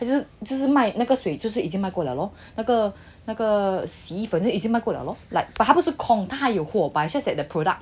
就是卖那个水就是已经卖过 liao lor 那个那个洗衣粉就是已经卖过 liao lor like but 他不是空他还有货 but its just that the product